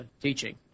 teaching